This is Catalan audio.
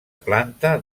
planta